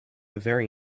very